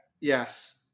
Yes